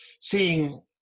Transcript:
seeing